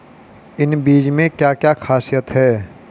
इन बीज में क्या क्या ख़ासियत है?